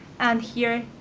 and here,